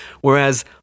Whereas